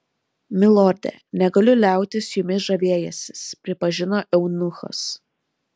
milorde negaliu liautis jumis žavėjęsis prisipažino eunuchas